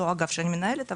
לא האגף שאני מנהלת,